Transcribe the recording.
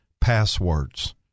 Passwords